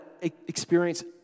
experience